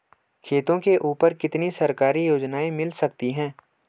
खेतों के ऊपर कितनी सरकारी योजनाएं मिल सकती हैं?